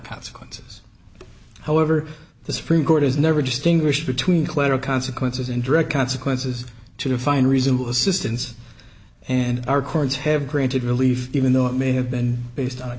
consequences however the supreme court has never distinguished between clever consequences and direct consequences to define reasonable assistance and our courts have granted relief even though it may have been based on a